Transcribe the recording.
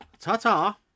Ta-ta